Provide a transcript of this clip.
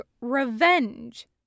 revenge